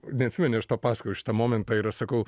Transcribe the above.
neatsimeni aš tau pasakojau šitą momentą ir aš sakau